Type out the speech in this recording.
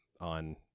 on